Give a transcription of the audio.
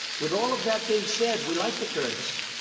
with all of that being said, we like the kurds.